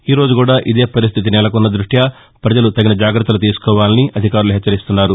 ఈ రోజు కూడా ఇదే పరిస్దితి నెలకొన్న దృష్ణ్య ప్రజలు తగిన జాగ్రత్తలు తీసుకోవాలని అధికారులు హెచ్చరిస్తున్నారు